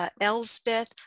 Elspeth